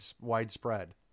widespread